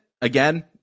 Again